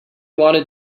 wanted